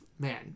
Man